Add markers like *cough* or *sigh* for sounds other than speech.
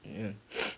ya *noise*